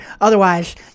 otherwise